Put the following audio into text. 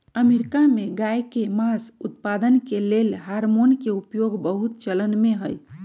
America में गायके मास उत्पादन के लेल हार्मोन के उपयोग बहुत चलनमें हइ